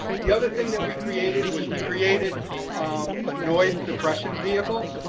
the other thing that we created was we created um a noise suppression vehicle.